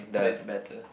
so it's better